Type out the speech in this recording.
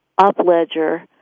Upledger